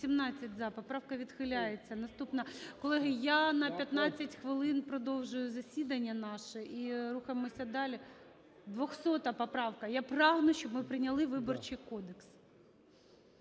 За-18 Поправка відхиляється. Наступна… Колеги, я на 15 хвилин продовжую засідання наше і рухаємося далі. 200 поправка. Я прагну, щоб ми прийняли Виборчий кодекс.